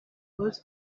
was